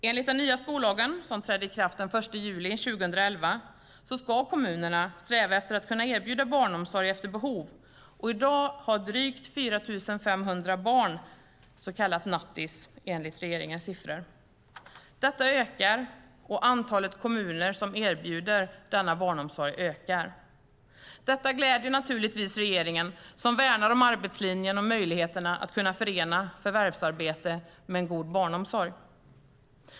Enligt nya skollagen, som trädde i kraft den 1 juli 2011, ska kommunerna sträva efter att kunna erbjuda barnomsorg efter behov, och i dag har drygt 4 500 barn så kallat nattis, enligt regeringens siffror. Detta ökar, och antalet kommuner som erbjuder denna barnomsorg ökar. Det gläder naturligtvis regeringen, som värnar om arbetslinjen och möjligheterna att kunna förena förvärvsarbete med en god barnomsorg.